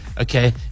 okay